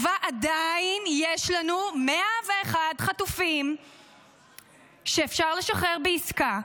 ובה עדיין יש לנו 101 חטופים שאפשר לשחרר בעסקה,